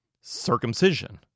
Circumcision